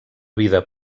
vida